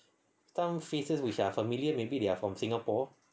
some faces which are familiar maybe they are from singapore